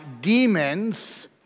demons